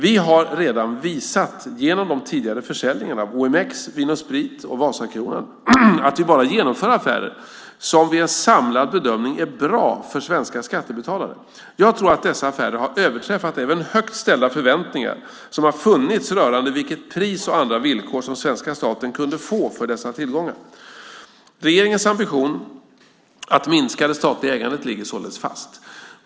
Vi har redan visat genom de tidigare försäljningarna av OMX, Vin & Sprit och Vasakronan, att vi bara genomför affärer som vid en samlad bedömning är bra för svenska skattebetalare. Jag tror att dessa affärer har överträffat även högt ställda förväntningar som har funnits rörande vilket pris och andra villkor som svenska staten kunde få för dessa tillgångar. Regeringens ambition att minska det statliga ägandet ligger således fast.